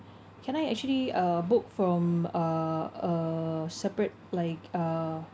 can I actually uh book from a a separate like a